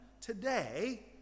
today